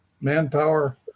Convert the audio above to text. manpower